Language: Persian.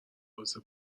واسه